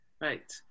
Right